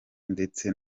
ndetse